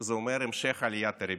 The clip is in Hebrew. זה אומר המשך עליית הריבית.